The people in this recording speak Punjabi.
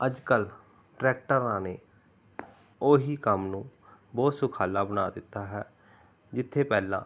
ਅੱਜ ਕੱਲ ਟਰੈਕਟਰਾਂ ਨੇ ਉਹੀ ਕੰਮ ਨੂੰ ਬਹੁਤ ਸੁਖਾਲਾ ਬਣਾ ਦਿੱਤਾ ਹੈ ਜਿੱਥੇ ਪਹਿਲਾਂ